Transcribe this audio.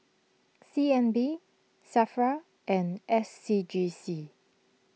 C N B Safra and S C G C